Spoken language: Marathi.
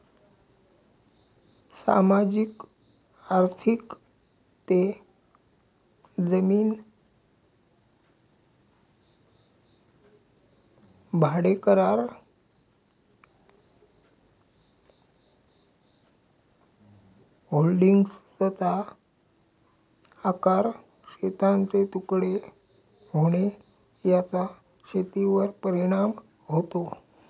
सामाजिक आर्थिक ते जमीन भाडेकरार, होल्डिंग्सचा आकार, शेतांचे तुकडे होणे याचा शेतीवर परिणाम होतो